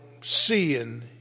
seeing